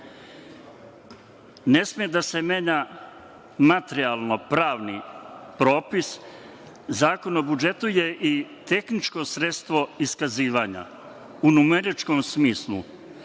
da se da se menja materijalno-pravni propis. Zakon o budžetu je i tehničko sredstvo iskazivanja, u numeričkom smislu